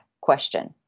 question